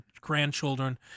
grandchildren